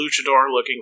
Luchador-looking